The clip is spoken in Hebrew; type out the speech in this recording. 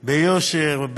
ביושר,